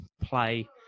play